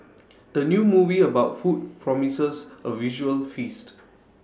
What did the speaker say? the new movie about food promises A visual feast